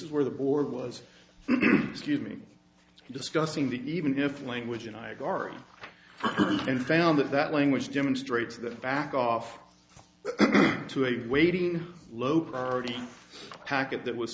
is where the board was excuse me discussing the even if language and i guard and found that that language demonstrates that back off to a waiting low priority packet that was